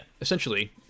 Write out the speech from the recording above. essentially